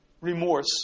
remorse